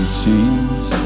sees